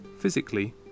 Physically